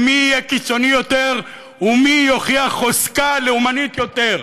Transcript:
מי יהיה קיצוני יותר ומי יוכיח חוזקה לאומנית יותר,